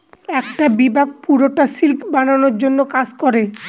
একটা বিভাগ পুরোটা সিল্ক বানানোর জন্য কাজ করে